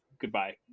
goodbye